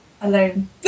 alone